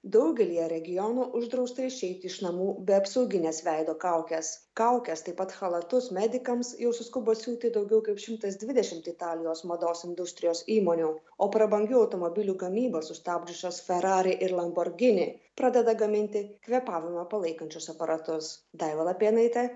daugelyje regionų uždrausta išeiti iš namų be apsauginės veido kaukės kaukes taip pat chalatus medikams jau suskubo siųti daugiau kaip šimtas dvidešimt italijos mados industrijos įmonių o prabangių automobilių gamybą sustabdžiusios ferrari ir lamborghini pradeda gaminti kvėpavimą palaikančius aparatus daiva lapėnaitė